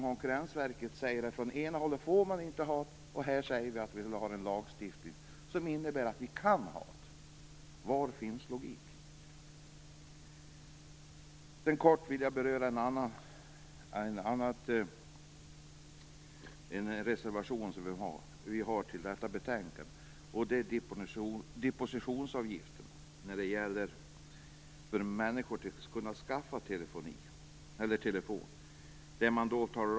Konkurrensverket säger å ena sidan att man inte får ha regionala skillnader, och vi vill ha en lagstiftning som innebär att vi kan ha skillnader. Var finns logiken? Sedan vill jag kort beröra en reservation som vi har till detta betänkande om depositionsavgifter när människor vill skaffa telefon.